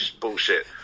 bullshit